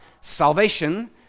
salvation